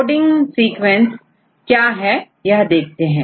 coding sequence क्या है देखते हैं